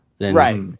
Right